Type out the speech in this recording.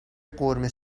قورمه